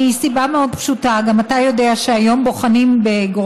הסיבה מאוד פשוטה: גם אתה יודע שהיום גורמי